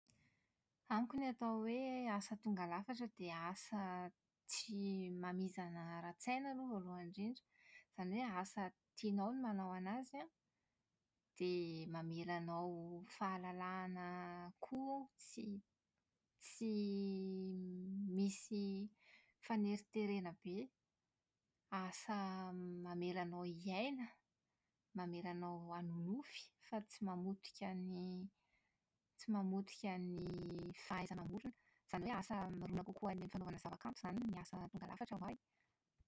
Amiko ny atao hoe asa tonga lafatra dia asa tsy mamizana ara-tsaina aloha voalohany indrindra. Izany hoe asa tianao ny manao azy an, dia mamela anao fahalalahana koa, tsy tsy misy faneriterena be. Asa mamela anao hiaina, mamela anao hanonofy fa tsy mamotika ny tsy mamotika ny fahaiza-mamorona, izany hoe asa mirona kokoa any amin'ny zavakanto izany ny asa tonga lafatra ho ahy.